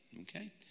Okay